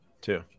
Two